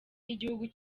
y’igihugu